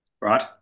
Right